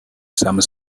some